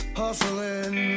hustling